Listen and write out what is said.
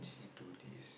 he told this